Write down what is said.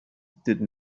did